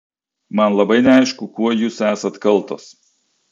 man labai neaišku kuo jūs esat kaltos